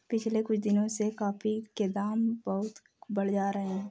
पिछले कुछ दिनों से कॉफी के दाम बहुत बढ़ते जा रहे है